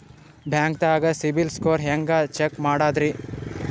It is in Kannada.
ಬ್ಯಾಂಕ್ದಾಗ ಸಿಬಿಲ್ ಸ್ಕೋರ್ ಹೆಂಗ್ ಚೆಕ್ ಮಾಡದ್ರಿ?